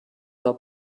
while